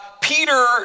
Peter